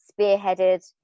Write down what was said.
spearheaded